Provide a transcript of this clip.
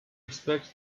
expects